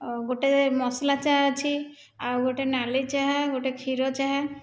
ଗୋଟିଏ ମସଲା ଚାହା ଅଛି ଆଉ ଗୋଟିଏ ନାଲି ଚାହା ଗୋଟିଏ କ୍ଷୀର ଚାହା